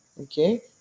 Okay